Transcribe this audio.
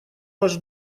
ваш